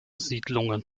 siedlungen